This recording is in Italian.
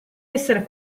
essere